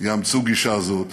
יאמצו גישה זאת